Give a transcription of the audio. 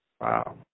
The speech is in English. Wow